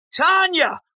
Tanya